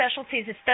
specialties